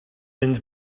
mynd